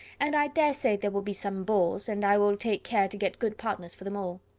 and i dare say there will be some balls, and i will take care to get good partners for them all.